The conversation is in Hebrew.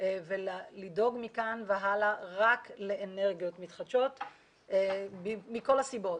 ולדאוג מכאן והלאה רק לאנרגיות מתחדשות וזה מכל הסיבות,